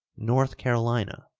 north carolina,